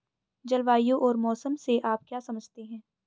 जलवायु और मौसम से आप क्या समझते हैं?